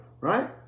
right